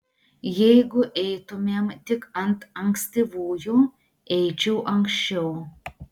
jeigu eitumėm tik ant ankstyvųjų eičiau anksčiau